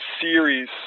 series